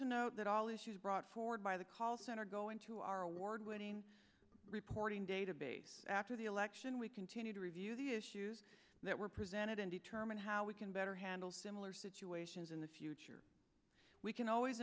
to note that all issues brought forward by the call center go into our award winning reporting database after the election we continue to review the issues that were presented and determine how we can better handle similar situations in the future we can always